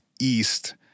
east